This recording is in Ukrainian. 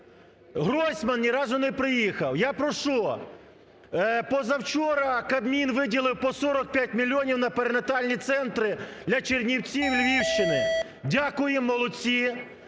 Гройсман ні разу не приїхав. Я прошу, позавчора Кабмін виділив по 45 мільйонів на перинатальні центри для Чернівців, Львівщини. Дякуємо, молодці!